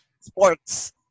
sports